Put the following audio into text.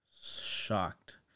shocked